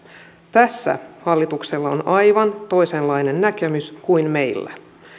tässä hallituksella on on aivan toisenlainen näkemys kuin meillä